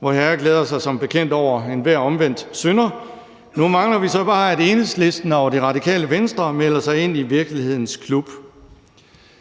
Vorherre glæder sig som bekendt over enhver omvendt synder. Nu mangler vi så bare, at Enhedslisten og Radikale Venstre melder sig ind i virkelighedens klub.